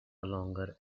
longer